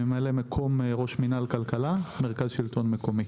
אני ממלא-מקום ראש מינהל כלכלה במרכז השלטון המקומי.